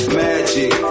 magic